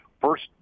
first